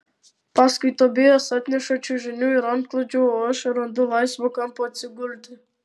paskui tobijas atneša čiužinių ir antklodžių o aš randu laisvą kampą atsigulti